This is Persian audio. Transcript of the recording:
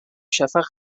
شفق